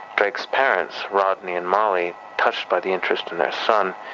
drake's parents, rodney and molly touched by the interest in their son,